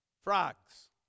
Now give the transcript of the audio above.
frogs